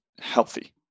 healthy